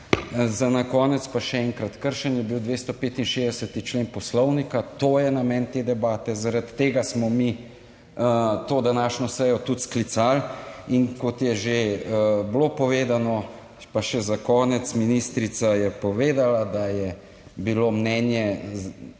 Za na konec pa še enkrat, kršen je bil 265. člen Poslovnika, to je namen te debate, zaradi tega smo mi to današnjo sejo tudi sklicali in kot je že bilo povedano, pa še za konec, ministrica je povedala, da je bilo mnenje